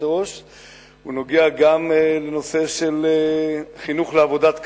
הוא נוגע גם לנושא של חינוך לעבודת כפיים.